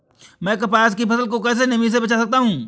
मैं कपास की फसल को कैसे नमी से बचा सकता हूँ?